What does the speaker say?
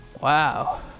Wow